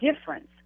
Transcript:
difference